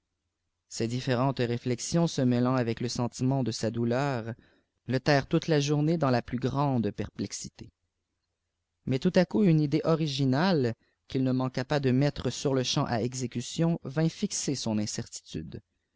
leb différentes réflexions se mêlant avec le sentiment de dpuknj ïé tiarent toute la journée dans la plus grande perplexité mais tout à coup une idée originale qu'il ne mqmna pas de mettre sur-le-champ à exécution vint fixer son incertitude